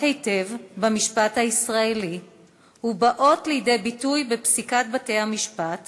היטב במשפט הישראלי ובאות לידי ביטוי בפסיקת בתי-המשפט